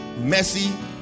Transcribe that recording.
Messi